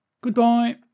Goodbye